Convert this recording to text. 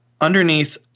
Underneath